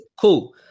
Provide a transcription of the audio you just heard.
Cool